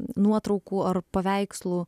nuotraukų ar paveikslų